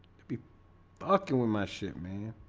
to be fucking with my shit man